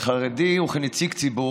רק בגלל החלטה בלתי סבירה ובלתי הגיונית לאסור